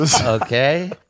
Okay